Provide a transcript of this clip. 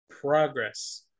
progress